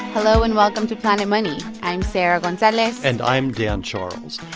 hello, and welcome to planet money. i'm sarah gonzalez and i'm dan charles.